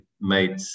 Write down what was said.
made